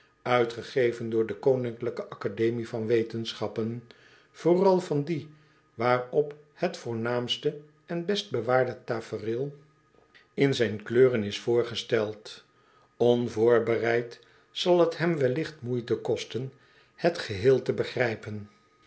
n vooral van die waarop het voornaamste en best bewaarde tafereel in zijn kleuren is voorgesteld nvoorbereid zal t hem welligt moeite kosten het geheel te begrijpen